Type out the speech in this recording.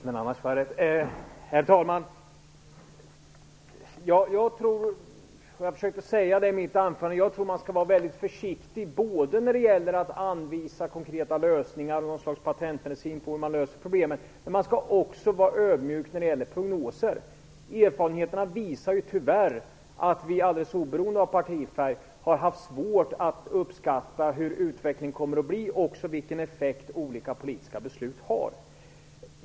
Herr talman! Jag försökte i mitt anförande säga att jag tror att man skall vara mycket försiktig både med att anvisa konkreta lösningar, någon sorts patentmedicin för hur problemen skall lösas, och med prognoser. Erfarenheterna visar tyvärr att vi alldeles oberoende av partifärg har haft svårt att uppskatta hur utvecklingen kommer att bli och vilken effekt olika politiska beslut har.